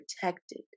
protected